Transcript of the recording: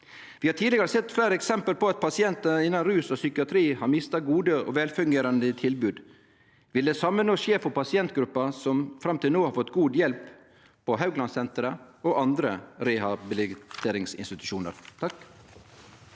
Vi har tidlegare sett fleire eksempel på at pasientar innan rus og psykiatri har mista gode og velfungerande tilbod. Vil det same no skje for pasientgrupper som fram til no har fått god hjelp på Hauglandsenteret og andre rehabiliteringsinstitusjonar?